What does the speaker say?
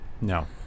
No